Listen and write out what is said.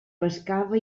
pescava